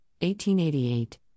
1888